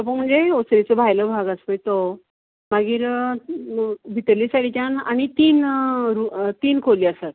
सोपो म्हणजे ओसरेंचो भायलो भाग आसा पळय तो मागीर भितल्ले सायडिच्यान आनी तीन तीन खोली आसात